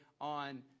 on